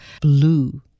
blue